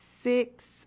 six